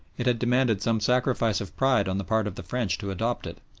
it had demanded some sacrifice of pride on the part of the french to adopt it,